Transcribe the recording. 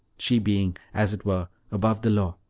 she being, as it were, above the law.